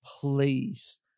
Please